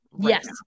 Yes